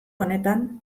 honetan